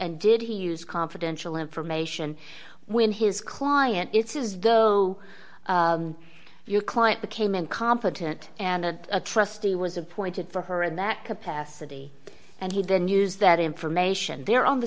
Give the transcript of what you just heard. and did he use confidential information when his client its is though your client became incompetent and a trustee was appointed for her in that capacity and he didn't use that information there on the